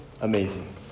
Amazing